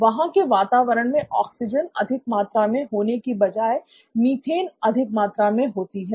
वहां के वातावरण में ऑक्सीजन अधिक मात्रा में होने की बजाए मीथेन अधिक मात्रा में होती है